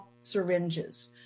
syringes